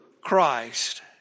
Christ